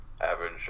average